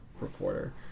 reporter